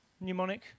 mnemonic